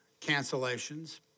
cancellations